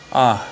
अँ